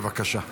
בבקשה.